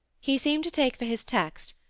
he seemed to take for his text,